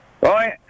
Right